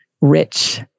rich